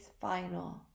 final